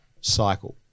cycle